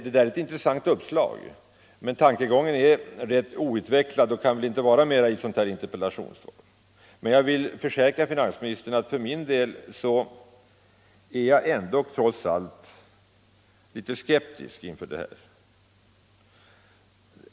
Det är ett intressant uppslag, men tankegången är rätt outvecklad och kan väl inte vara mera i ett interpellationssvar. För min del är jag trots allt litet skeptisk inför det här.